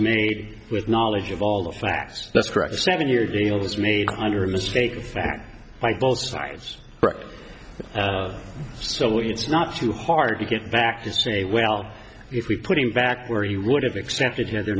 made with knowledge of all the facts that's correct a seven year deal was made under a mistake of fact by both sides so it's not too hard to get back to say well if we put him back where he would have expected here the